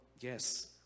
yes